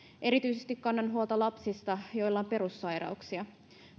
erityisesti kannan huolta lapsista joilla on perussairauksia